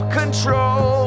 control